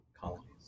colonies